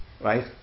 right